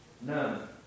None